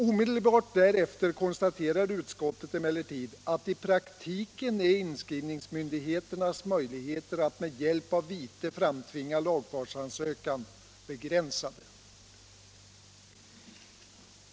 Omedelbart därefter konstaterar utskottet emellertid att i praktiken är inskrivningsmyndighetens möjligheter att med hjälp av vite framtvinga lagfartsansökan begränsade.